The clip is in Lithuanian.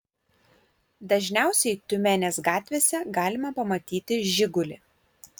dažniausiai tiumenės gatvėse galima pamatyti žigulį